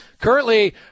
currently